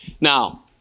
Now